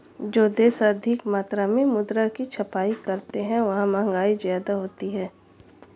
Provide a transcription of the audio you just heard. जो देश अधिक मात्रा में मुद्रा की छपाई करते हैं वहां महंगाई ज्यादा होती है